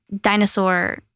dinosaur